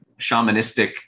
shamanistic